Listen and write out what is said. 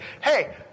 Hey